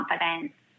confidence